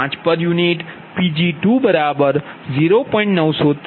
Pg2 0